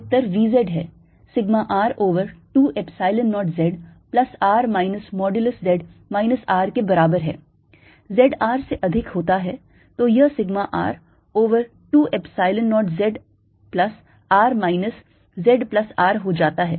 z R से अधिक होता है तो यह sigma R over 2 Epsilon 0 z plus R minuses z plus R हो जाता है